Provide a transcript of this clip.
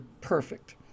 perfect